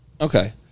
Okay